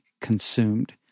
consumed